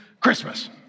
Christmas